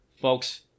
folks